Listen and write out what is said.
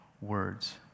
words